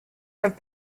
have